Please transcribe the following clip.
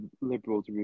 Liberals